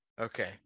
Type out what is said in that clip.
Okay